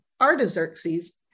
Artaxerxes